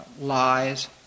lies